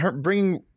bringing